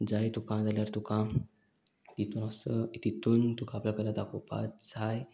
जाय तुका जाल्यार तुका तितूनच तितून तुका आपल्या कला दाखोवपाक जाय